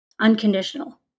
unconditional